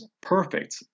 perfect